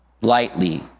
lightly